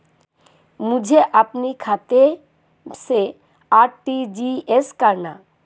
मुझे अपने खाते से आर.टी.जी.एस करना?